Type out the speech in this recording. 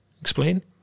explain